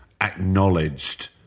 acknowledged